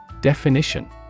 Definition